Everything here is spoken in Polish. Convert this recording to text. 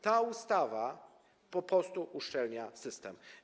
Ta ustawa po prostu uszczelnia system.